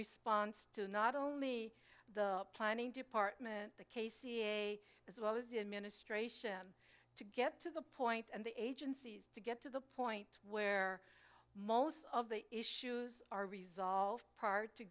response to not only the planning department the k c a as well as the administration to get to the point and the agencies to get to the point where most of the issues are resolved p